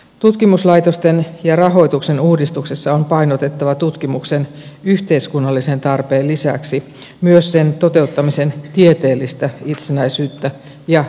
tutkimuslaitosten ja rahoituksen uudistuksessa on painotettava tutkimuksen yhteiskunnallisen tarpeen lisäksi myös sen toteuttamisen tieteellistä itsenäisyyttä ja pitkäjänteisyyttä